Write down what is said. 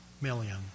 million